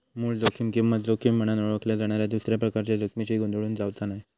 मूळ जोखीम किंमत जोखीम म्हनान ओळखल्या जाणाऱ्या दुसऱ्या प्रकारच्या जोखमीशी गोंधळून जावचा नाय